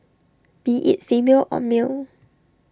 be IT female or male